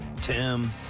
Tim